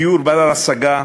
דיור בר-השגה,